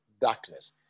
darkness